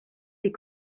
des